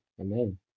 Amen